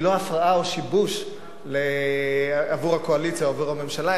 והיא לא הפרעה או שיבוש עבור הקואליציה או עבור הממשלה,